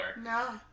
No